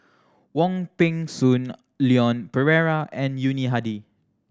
Wong Peng Soon Leon Perera and Yuni Hadi